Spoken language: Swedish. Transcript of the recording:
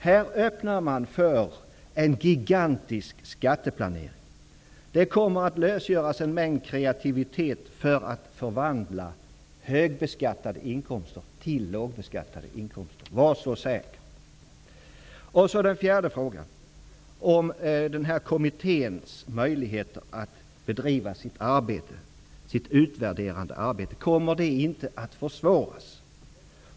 Här öppnar man för en gigantisk skatteplanering. Det kommer att lösgöras en mängd kreativitet för att förvandla högbeskattade inkomster till lågbeskattade inkomster. Var så säker! Den fjärde frågan handlade om den här kommitténs möjligheter att bedriva sitt utvärderande arbete. Kommer det inte att försvåras?